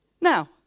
Now